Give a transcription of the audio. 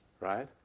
right